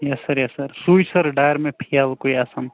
یَس sir yes sir سُے sir ڈر مےٚ فیٚلہٕ کُے آسان